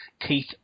Keith